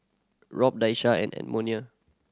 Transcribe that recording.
Rob Daisha and Edmonia